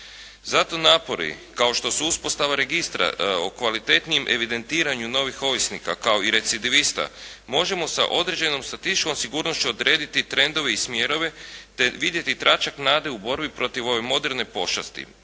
Zato napori kao što su uspostava registra o kvalitetnijem evidentiranju novih ovisnika kao i recidivista možemo sa određenom statističkom sigurnošću odrediti trendove i smjerove te vidjeti tračak nade u borbi protiv ove moderne pošasti.